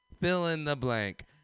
fill-in-the-blank